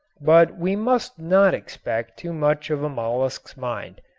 but we must not expect too much of a mollusk's mind.